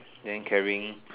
then carrying